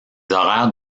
horaires